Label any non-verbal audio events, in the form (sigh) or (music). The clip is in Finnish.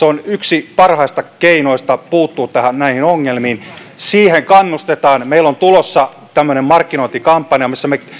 (unintelligible) on yksi parhaista keinoista puuttua näihin ongelmiin siihen kannustetaan meillä on tulossa markkinointikampanja missä me